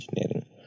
engineering